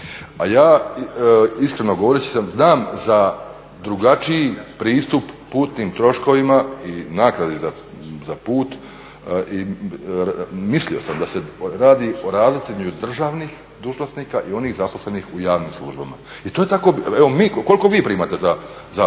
A ja iskreno govoreći znam za drugačiji pristup putnim troškovima i naknadi za put i mislio sam da se radi između državnih dužnosnika i onih zaposlenih u javnim službama. I to je tako. Koliko vi primate za troškove